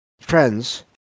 friends